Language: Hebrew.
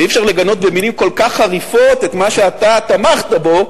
אי-אפשר לגנות במלים כל כך חריפות את מה שאתה תמכת בו,